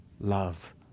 love